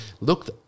Look